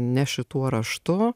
ne šituo raštu